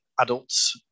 adults